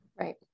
Right